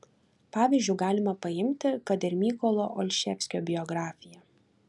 pavyzdžiu galima paimti kad ir mykolo olševskio biografiją